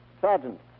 Sergeant